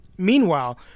Meanwhile